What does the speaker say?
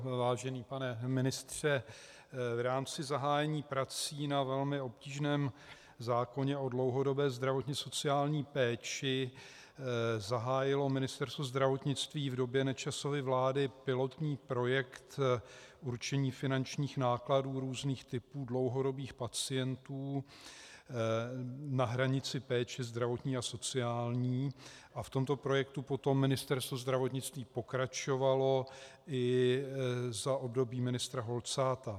Vážený pane ministře, v rámci zahájení prací na velmi obtížném zákoně o dlouhodobé zdravotní sociální péči zahájilo Ministerstvo zdravotnictví v době Nečasovy vlády pilotní projekt určení finančních nákladů různých typů dlouhodobých pacientů na hranici péče zdravotní a sociální a v tomto projektu potom Ministerstvo zdravotnictví pokračovalo i za období ministra Holcáta.